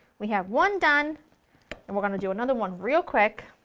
we have one done and we're going to do another one real quick.